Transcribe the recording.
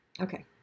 okay